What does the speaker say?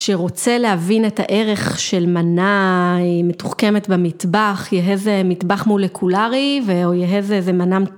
שרוצה להבין את הערך של מנה... אה... מתוחכמת במטבח, יהא זה מטבח מולקולרי או... ויהא זה מנה מ...